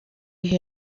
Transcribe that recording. ibihe